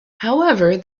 however